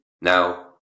Now